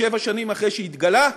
שבע שנים אחרי שהתגלה,